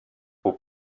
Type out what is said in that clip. aux